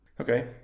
okay